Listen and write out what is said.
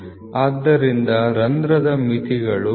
ಆದ್ದರಿಂದ ರಂಧ್ರದ ಮಿತಿಗಳು L